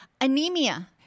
Anemia